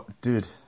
Dude